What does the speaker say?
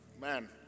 man